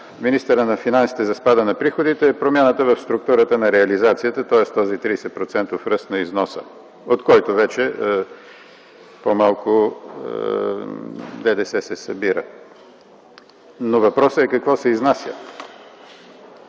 министъра на финансите за спада на приходите е промяната в структурата на реализацията, тоест този 30 процентов ръст на износа, от който вече се събира по-малко ДДС. Но въпросът е какво се изнася,